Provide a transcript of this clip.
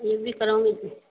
ये भी कराउंगी फिर